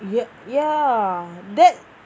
yeah ya that